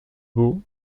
beau